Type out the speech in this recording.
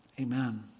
Amen